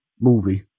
movie